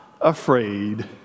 afraid